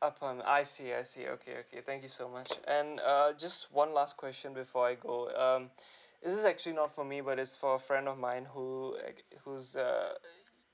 upon I see I see okay okay thank you so much and err just one last question before I go um this is actually not for me but is for friend of mine who act whose err